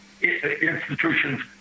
institutions